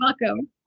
Welcome